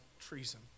treason